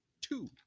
two